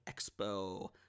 Expo